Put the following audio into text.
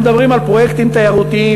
אנחנו מדברים על פרויקטים תיירותיים,